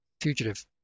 fugitive